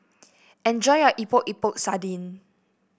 enjoy your Epok Epok Sardin